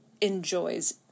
enjoys